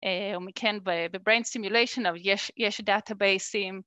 ומכן ב-brain simulation יש דאטאבייסים